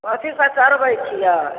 कथी सब चढ़बैत छियै